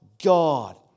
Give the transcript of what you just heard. God